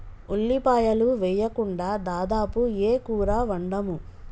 ఉల్లిపాయలు వేయకుండా దాదాపు ఏ కూర వండము